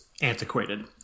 Antiquated